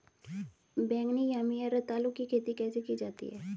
बैगनी यामी या रतालू की खेती कैसे की जाती है?